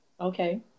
Okay